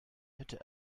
hätte